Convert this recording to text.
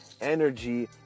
energy